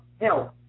help